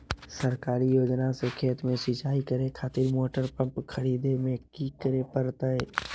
सरकारी योजना से खेत में सिंचाई करे खातिर मोटर पंप खरीदे में की करे परतय?